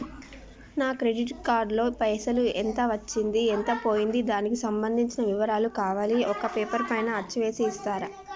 నా credit card లో పైసలు ఎంత వచ్చింది ఎంత పోయింది దానికి సంబంధించిన వివరాలు కావాలి ఒక పేపర్ పైన అచ్చు చేసి ఇస్తరా?